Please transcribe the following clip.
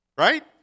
right